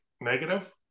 negative